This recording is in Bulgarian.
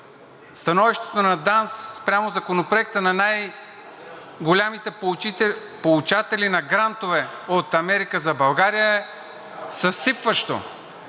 Становището на ДАНС спрямо Законопроекта на най-големите получатели на грантове от „Америка за България“ е съсипващо.